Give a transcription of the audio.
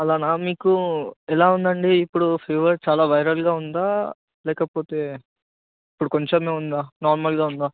అలానా మీకు ఎలా ఉందండి ఇప్పుడు ఫీవర్ చాలా వైరల్గా ఉందా లేకపోతే ఇప్పుడు కొంచెంగా ఉందా నార్మల్గా ఉందా